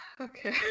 Okay